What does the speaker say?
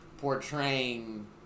portraying